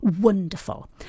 wonderful